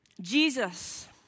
Jesus